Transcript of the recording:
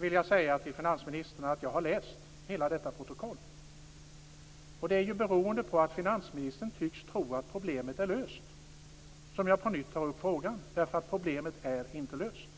vill jag säga till finansministern att jag har läst hela detta protokoll. Det är beroende på att finansministern tycks tro att problemet är löst som jag på nytt tar upp frågan. Problemet är inte löst.